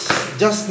just